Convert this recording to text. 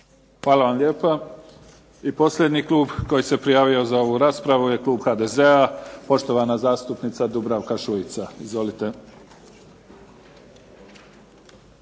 Hvala vam lijepa. I posljednji klub koji se prijavio za ovu raspravu je klub HDZ-a, poštovana zastupnica Dubravka Šuica. Izvolite.